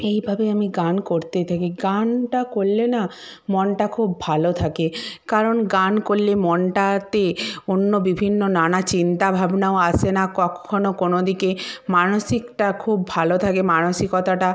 এইভাবে আমি গান করতেই থাকি গানটা করলে না মনটা খুব ভালো থাকে কারণ গান করলে মনটাতে অন্য বিভিন্ন নানা চিন্তা ভাবনাও আসে না কক্ষনো কোনো দিকে মানসিকটা খুব ভালো থাকে মানসিকতাটা